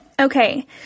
Okay